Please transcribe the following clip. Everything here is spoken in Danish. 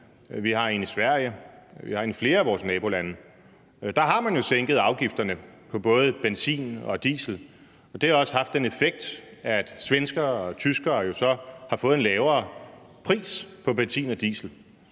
vi har en i Sverige, vi har en i flere af vores nabolande, og der har man jo sænket afgifterne på både benzin og diesel. Det har også haft den effekt, at svenskere og tyskere jo så har fået en lavere pris på benzin og diesel.